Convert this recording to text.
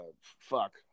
fuck